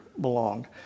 belonged